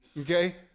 okay